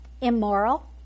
immoral